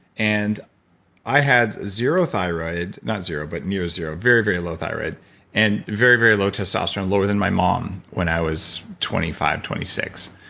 and i had zero thyroid. not zero, but near zero. very, very low thyroid and very, very low testosterone. lower than my mom when i was twenty five, twenty six.